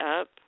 up